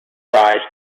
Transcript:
surprise